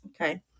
Okay